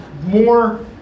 more